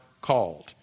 called